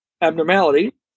abnormality